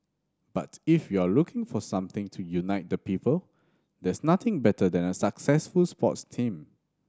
but if you're looking for something to unite the people there's nothing better than a successful sports team